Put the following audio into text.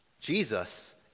Jesus